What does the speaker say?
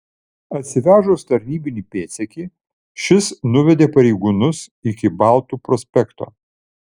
atsivežus tarnybinį pėdsekį šis nuvedė pareigūnus iki baltų prospekto